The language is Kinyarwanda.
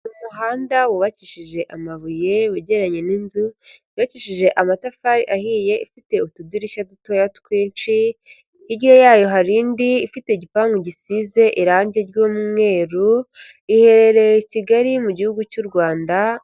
Umuhanda wubakishije amabuye wegeranye n'inzu, yabakishije amatafari ahiye ifite utudirishya dutoya twinshi, hirya yayo hari indi ifite igipangu gisize irangi ry'umweru, iherereye Kigali mu gihugu cy'u Rwanda.